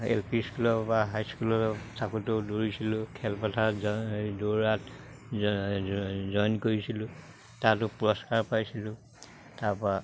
L P স্কুলৰ বা হাইস্কুলৰ থাকোতেও দৌৰিছিলোঁ খেলপথাৰত দৌৰাত জইন কৰিছিলোঁ তাতো পুৰস্কাৰ পাইছিলোঁ তাৰপা